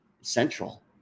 central